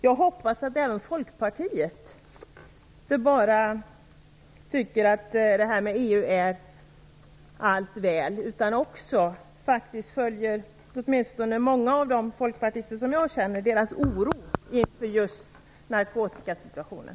Jag hoppas att inte heller Folkpartiet bara tycker att allt är väl med EU. Många av de folkpartister jag känner är oroliga inför just narkotikasituationen.